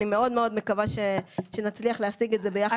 אני מאוד מאוד מקווה שנצליח להשיג את זה ביחד עם הוועדה.